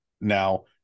Now